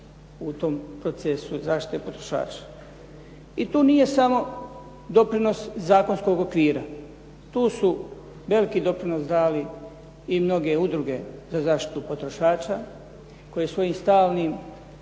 u tom procesu zaštite potrošača. I tu nije samo doprinos zakonskog okvira. Tu su veliki doprinos dali i mnoge udruge za zaštitu potrošača koje svojim stalnim